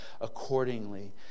accordingly